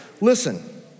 Listen